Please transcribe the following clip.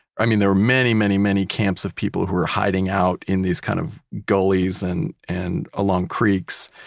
i mean, there were many, many, many camps of people who were hiding out in these kind of gullies and and along creeks.